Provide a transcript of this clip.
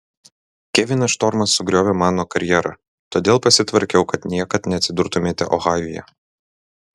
kevinas štormas sugriovė mano karjerą todėl pasitvarkiau kad niekad neatsidurtumėme ohajuje